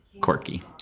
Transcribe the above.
quirky